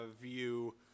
view